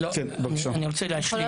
אני רוצה להשלים.